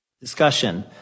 Discussion